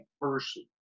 person